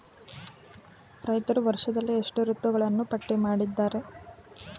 ರೈತರು ವರ್ಷದಲ್ಲಿ ಎಷ್ಟು ಋತುಗಳನ್ನು ಪಟ್ಟಿ ಮಾಡಿದ್ದಾರೆ?